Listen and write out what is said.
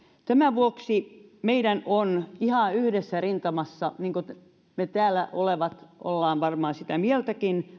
tämän vuoksi meidän on ihan yhdessä rintamassa niin kuin me täällä olevat olemmekin varmaan sitä mieltä